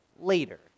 later